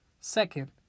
Second